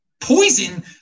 poison